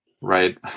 Right